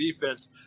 defense